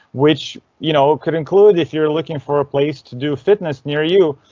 which, you know, could include. if you're looking for a place to do fitness near you,